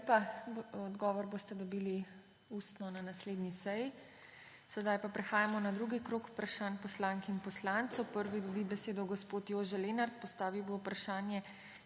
lepa. Odgovor boste dobili ustno na naslednji seji. Sedaj pa prehajamo na drugi krog vprašanj poslank in poslancev. Prvi dobi besedo gospod Jože Lenart. Postavil bo vprašanje